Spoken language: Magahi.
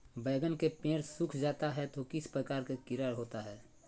बैगन के पेड़ सूख जाता है तो किस प्रकार के कीड़ा होता है?